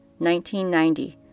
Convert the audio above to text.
1990